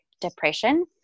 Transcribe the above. depression